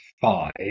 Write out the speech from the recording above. five